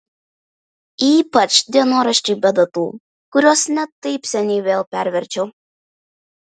ypač dienoraščiai be datų kuriuos ne taip seniai vėl perverčiau